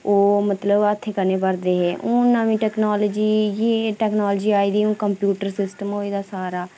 ओह् मतलब हत्थें कन्नै भरदे हे हून नमीं टैक्नोलिजी गी टैक्नोलिजी आई दी कंप्यूटर सिस्टम होई गेदा सारा